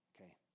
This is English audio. Okay